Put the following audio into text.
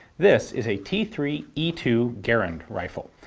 this is a t three e two garand rifle,